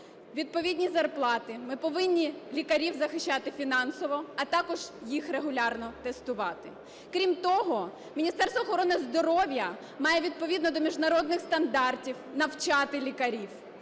відповідні зарплати, ми повинні лікарів захищати фінансово, а також їх регулярно тестувати. Крім того Міністерство охорони здоров'я має відповідно до міжнародних стандартів навчати лікарів,